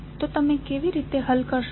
તો તમે કેવી રીતે હલ કરશો